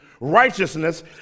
righteousness